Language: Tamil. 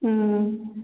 ம்